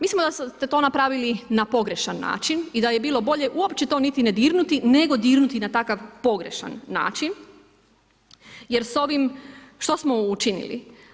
Mislim da ste to napravili na pogrešan način i da j bilo bolje uopće to niti ne dirnuti nego dirnuti na takav pogrešan način jer s ovim što smo učinili?